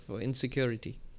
insecurity